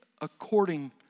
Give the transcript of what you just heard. according